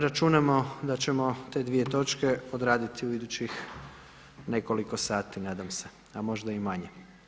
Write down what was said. Računamo da ćemo dvije točke odraditi u idućih nekoliko sati nadam se, a možda i manje.